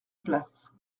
place